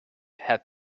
have